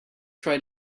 try